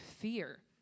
fear